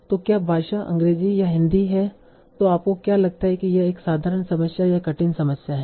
तो क्या भाषा अंग्रेजी या हिंदी है तो आपको क्या लगता है कि यह एक साधारण समस्या या कठिन समस्या है